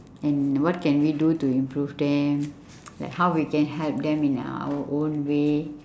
and what can we do to improve them like how we can help them in our own way